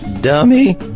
Dummy